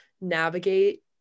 navigate